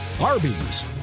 Arby's